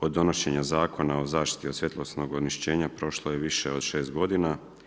Od donošenja Zakona o zaštiti od svjetlosnog onečišćenja prošlo je više od 6 godina.